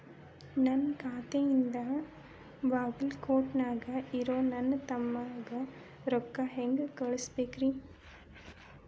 ನನ್ನ ಖಾತೆಯಿಂದ ಬಾಗಲ್ಕೋಟ್ ನ್ಯಾಗ್ ಇರೋ ನನ್ನ ತಮ್ಮಗ ರೊಕ್ಕ ಹೆಂಗ್ ಕಳಸಬೇಕ್ರಿ?